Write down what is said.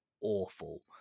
awful